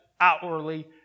outwardly